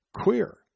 queer